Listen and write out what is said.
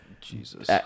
Jesus